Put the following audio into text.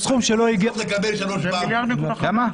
אני הייתי צריך לקבל 3,700 בסוף.